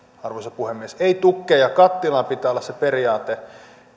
arvoisa puhemies ei tukkeja kattilaan pitää olla se periaate